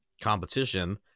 competition